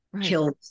killed